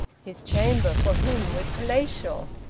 his chamber, for him, was palatial,